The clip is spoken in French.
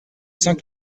saint